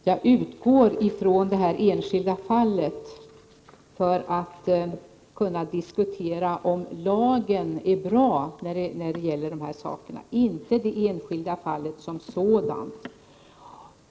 Herr talman! Jag utgår från det enskilda fallet för att diskutera om lagen är bra i dessa avseenden -— inte det enskilda fallet som sådant.